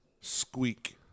Squeak